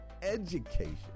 education